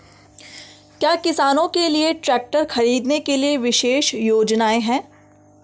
क्या किसानों के लिए ट्रैक्टर खरीदने के लिए विशेष योजनाएं हैं?